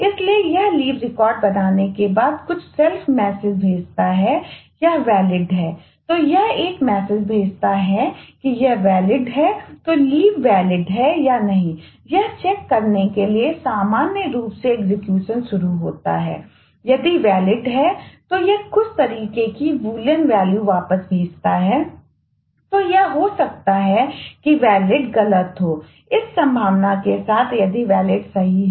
इसलिए यह लीव है